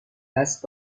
دست